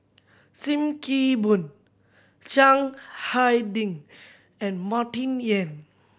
Sim Kee Boon Chiang Hai Ding and Martin Yan